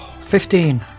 Fifteen